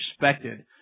respected